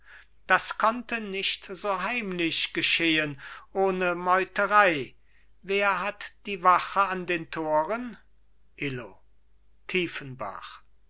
das konnte nicht so heimlich geschehen ohne meuterei wer hat die wache an den toren illo tiefenbach